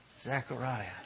Zechariah